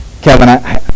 Kevin